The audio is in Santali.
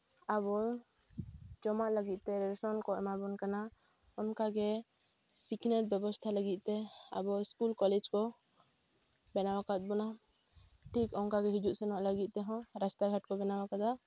ᱟᱵᱚ ᱡᱚᱢᱟᱜ ᱞᱟᱹᱜᱤᱫ ᱛᱮ ᱨᱮᱥᱚᱱ ᱠᱚ ᱮᱢᱟ ᱵᱚᱱ ᱠᱟᱱᱟ ᱚᱱᱠᱟᱜᱮ ᱥᱤᱠᱷᱱᱟᱹᱛ ᱵᱮᱵᱚᱥᱛᱷᱟ ᱞᱟᱹᱜᱤᱫ ᱛᱮ ᱟᱵᱚ ᱥᱠᱩᱞ ᱠᱚᱞᱮᱡᱽ ᱠᱚ ᱵᱮᱱᱟᱣ ᱟᱠᱟᱫ ᱵᱚᱱᱟ ᱴᱷᱤᱠ ᱚᱱᱠᱟ ᱜᱮ ᱦᱤᱡᱩᱜ ᱥᱮᱱᱚᱜ ᱞᱟᱹᱜᱤᱫ ᱛᱮᱦᱚᱸ ᱨᱟᱥᱛᱟ ᱜᱷᱟᱴ ᱠᱚ ᱵᱮᱱᱟᱣ ᱟᱠᱟᱫᱟ